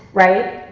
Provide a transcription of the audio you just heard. right?